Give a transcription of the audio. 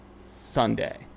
Sunday